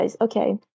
Okay